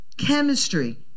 chemistry